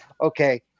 Okay